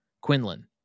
Quinlan